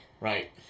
right